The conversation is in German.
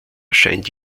scheint